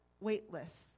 weightless